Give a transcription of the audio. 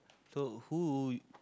so who